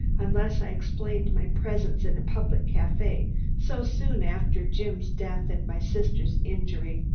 unless i explained my presence in a public cafe so soon after jim's death and my sister's injury.